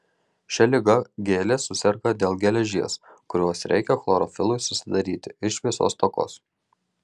šia liga gėlės suserga dėl geležies kurios reikia chlorofilui susidaryti ir šviesos stokos